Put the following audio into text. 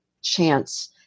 chance